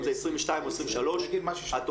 אם זה מגיל 22, או 23. התכנית,